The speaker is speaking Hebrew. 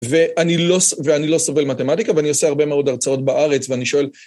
ואני לא סובל מתמטיקה, ואני עושה הרבה מאוד הרצאות בארץ, ואני שואל...